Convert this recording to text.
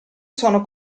sono